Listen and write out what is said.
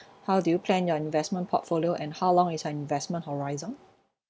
how do you plan your investment portfolio and how long is your investment horizon